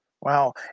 Wow